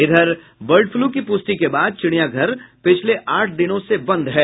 इधर bird flu की पुष्टि के बाद चिड़िया घर पिछले आठ दिनों से बंद है